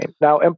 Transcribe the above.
now